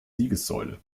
siegessäule